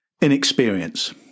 Inexperience